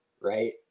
right